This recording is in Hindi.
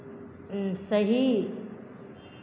सही